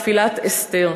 תפילת אסתר.